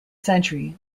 century